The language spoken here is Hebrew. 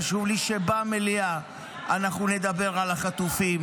חשוב לי שבמליאה אנחנו נדבר על החטופים,